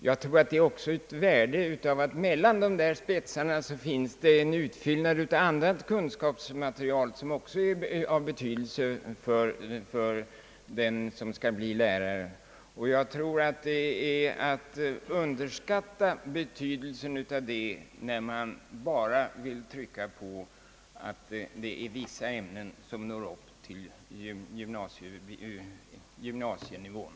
Jag tror att det också är av värde att det mellan dessa spetsar finns en utfyllnad av annat kunskapsmaterial, som också är av betydelse för den som skall bli lärare, och jag tror att man underskattar betydelsen av detta när man vill trycka på att det bara är vissa ämnen som behöver nå upp till gymnasienivån.